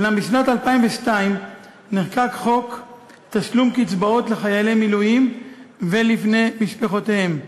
אולם בשנת 2002 נחקק חוק תשלום קצבאות לחיילי מילואים ולבני משפחותיהם.